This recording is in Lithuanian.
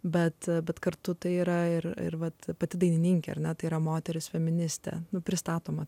bet bet kartu tai yra ir ir mat pati dainininkė ar net yra moteris feministė pristatoma